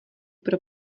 pro